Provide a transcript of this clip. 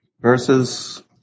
verses